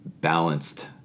Balanced